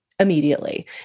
immediately